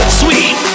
sweet